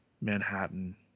Manhattan